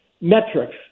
metrics